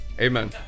Amen